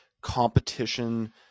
competition